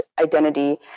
identity